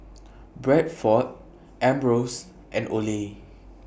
Bradford Ambros and Olay